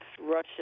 Russia